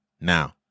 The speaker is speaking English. now